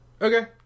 okay